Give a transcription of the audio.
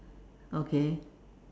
okay